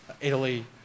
Italy